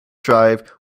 drive